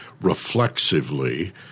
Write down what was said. reflexively